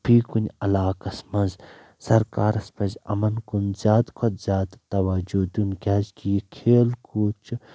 فی کُنہِ علاقس منٛز سرکارس پزِ یِمن کُن زیادٕ کھۄتہٕ زیادٕ توجوٗ دیُن کیازِ کہِ یہِ کھیل کوٗد چھُ